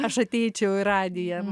aš ateičiau į radiją